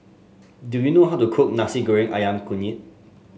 do you know how to cook Nasi Goreng ayam Kunyit